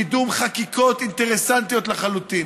קידום חקיקות אינטרסנטיות לחלוטין.